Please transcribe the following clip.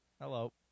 Hello